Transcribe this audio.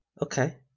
okay